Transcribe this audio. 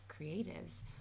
creatives